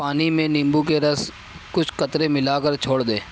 پانی میں نیمبو کے رس کچھ قطرے ملا کر چھوڑ دیں